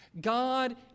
God